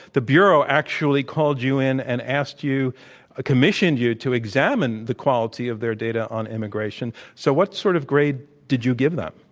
the bureau actually called you in and asked you commissioned you to examine the quality of their data on immigration. so, what sort of grade did you give them?